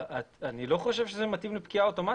אני לא חושב שזה מתאים לפקיעה אוטומטית.